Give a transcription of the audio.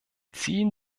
ziehen